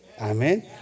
Amen